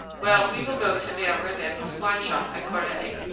well, we will go to mere rebec's wine-shop at corlay,